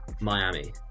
Miami